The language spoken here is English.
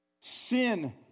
sin